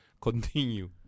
continue